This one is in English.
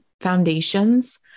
foundations